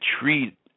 treat